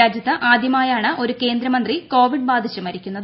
രാജ്യത്ത് ആദ്യമായാണ് ഒരു കേന്ദ്രമന്ത്രി കോവിഡ് മരിക്കുന്നത്